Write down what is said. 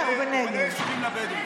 הוא בונה יישובים לבדואים.